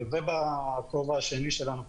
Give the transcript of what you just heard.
ובכובע השני שלנו,